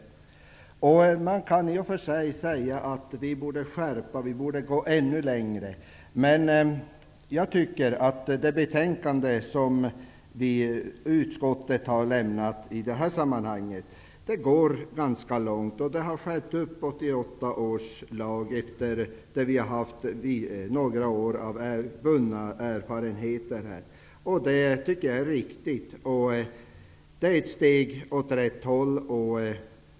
Man kan i och för sig säga att vi borde skärpa lagen och gå ännu längre, men det betänkande som utskottet har lämnat går ganska långt. Man har skärpt bestämmelserna i 1988 års lag efter några år av vunna erfarenheter. Jag tycker att det är riktigt och ett steg åt rätt håll.